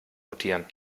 notieren